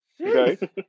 okay